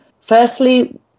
Firstly